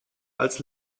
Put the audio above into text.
als